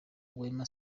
wema